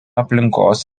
aplinkos